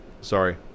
Sorry